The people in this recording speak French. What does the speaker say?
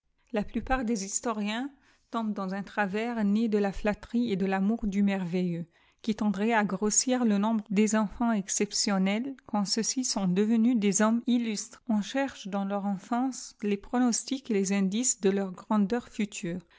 la plupart des historiens tombent dans un travers jié de la flatterie et de l'amour du merveilleux qui tendrait à grossir le nom bre des enfants exceptionnels quand ceux ci sont devenus des hommes illustres on cherche dans leur enfance les pronostics et les indices de leur grandeur future